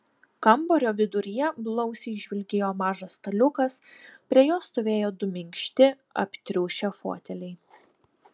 kambario viduryje blausiai žvilgėjo mažas staliukas prie jo stovėjo du minkšti aptriušę foteliai